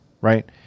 right